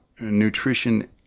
nutrition